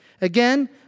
Again